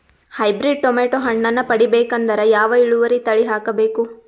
Hybrid tomato ಹಣ್ಣನ್ನ ಪಡಿಬೇಕಂದರ ಯಾವ ಇಳುವರಿ ತಳಿ ಹಾಕಬೇಕು?